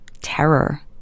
terror